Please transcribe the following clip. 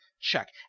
check